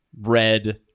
red